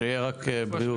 שיהיה רק בריאות.